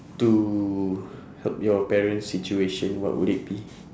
to help your parents situation what would it be